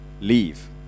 leave